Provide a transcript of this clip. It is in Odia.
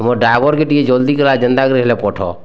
ମୋ ଡ଼ାଭର୍ କେ ଟିକେ ଜଲ୍ଦି କରା ଯେନ୍ତା କରି ହେଲେ ପଠ